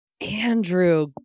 Andrew